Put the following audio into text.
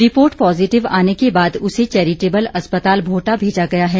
report positive आने के बाद उसे चेरिटेबल अस्पताल भोटा भेजा गया है